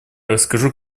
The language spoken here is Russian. расскажу